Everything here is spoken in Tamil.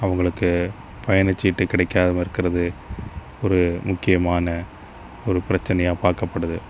அவங்களுக்கு பயணச் சீட்டு கிடைக்காம இருக்கறது ஒரு முக்கியமான ஒரு பிரச்சனையாக பார்க்கப்படுது